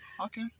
Okay